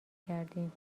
کردیم